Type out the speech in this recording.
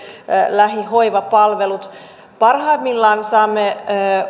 lähihoivapalvelut parhaimmillaan saamme